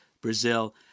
Brazil